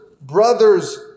brother's